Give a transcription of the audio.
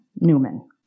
Newman